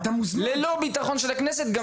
ללא ליווי ביטחוני של הכנסת.